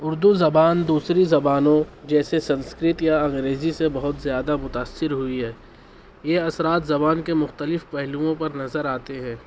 اردو زبان دوسری زبانوں جیسے سنسکرت یا انگریزی سے بہت زیادہ متاثر ہوئی ہے یہ اثرات زبان کے مختلف پہلوؤں پر نظر آتے ہیں